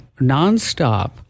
nonstop